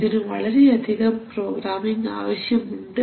ഇതിന് വളരെയധികം പ്രോഗ്രാമിങ് ആവശ്യമുണ്ട്